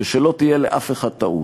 ושלא תהיה לאף אחד טעות,